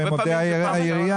והם עובדי העירייה.